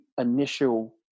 initial